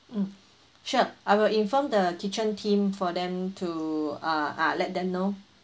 mm sure I will inform the kitchen team for them to uh uh let them know